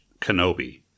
Kenobi